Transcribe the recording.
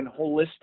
holistic